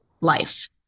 life